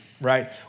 right